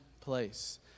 place